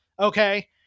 Okay